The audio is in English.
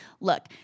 Look